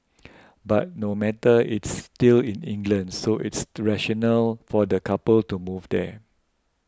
but no matter it's still in England so it's still rational for the couple to move there